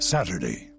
Saturday